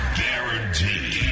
guaranteed